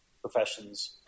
professions